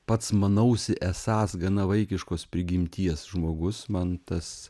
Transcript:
pats manausi esąs gana vaikiškos prigimties žmogus man tas